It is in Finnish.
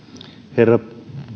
herra